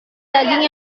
daging